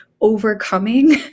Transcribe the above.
overcoming